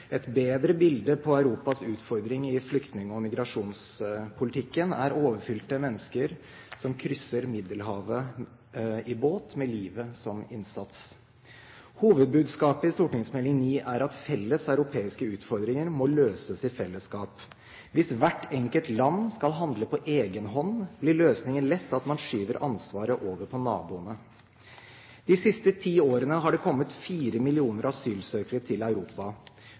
Et bedre bilde på Europas utfordring i flyktning- og migrasjonspolitikken er overfylte båter med mennesker som krysser Middelhavet med livet som innsats. Hovedbudskapet i St.meld. nr. 9 er at felles europeiske utfordringer må løses i fellesskap. Hvis hvert enkelt land skal handle på egen hånd, blir løsningen lett at man skyver ansvaret over på naboene. De siste ti årene har det kommet 4 millioner asylsøkere til Europa.